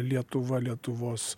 lietuva lietuvos